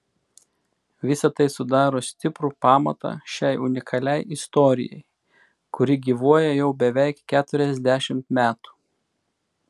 visa tai sudaro stiprų pamatą šiai unikaliai istorijai kuri gyvuoja jau beveik keturiasdešimt metų